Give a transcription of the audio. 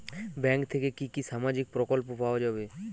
Bank থেকে কি কি সামাজিক প্রকল্প পাওয়া যাবে?